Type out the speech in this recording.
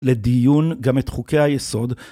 לדיון גם את חוקי היסוד.